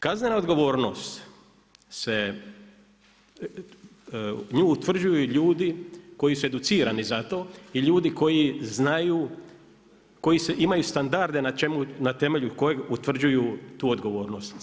Kaznenu odgovornost, nju utvrđuju ljudi koji su educirani za to i ljudi koji imaju standarde na temelju kojih utvrđuju tu odgovornost.